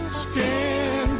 skin